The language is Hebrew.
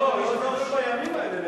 לא, זלזול בימים האלה.